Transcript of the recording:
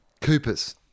Coopers